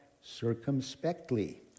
circumspectly